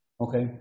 Okay